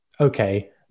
okay